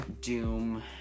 Doom